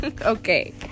Okay